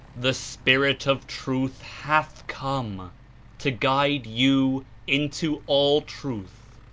the spirit of truth hath come to guide you into all truth.